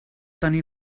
tenir